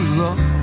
love